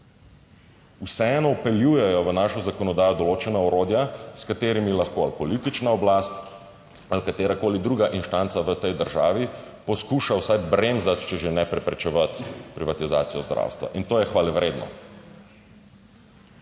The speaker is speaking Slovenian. Vseeno vpeljujejo v našo zakonodajo določena orodja, s katerimi lahko ali politična oblast ali katerakoli druga instanca v tej državi poskuša vsaj bremzati, če že ne preprečevati privatizacijo zdravstva in to je hvalevredno.